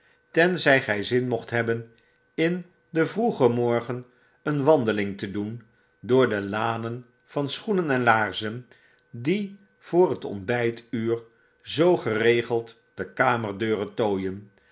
tenzy gy zin mocht hebben in den vroegen morgen een wandeling te doen door de lanen van schoenen en laarzen die voor het ontbytuur zoo geregeld de kamerdeuren tooien